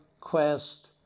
quest